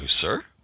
sir